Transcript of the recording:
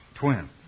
Twin